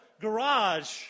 garage